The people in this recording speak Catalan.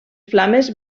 flames